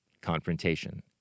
confrontation